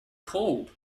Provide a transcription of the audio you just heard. called